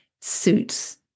suits